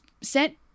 sent